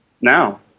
now